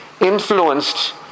influenced